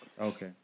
okay